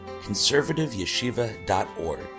conservativeyeshiva.org